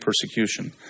persecution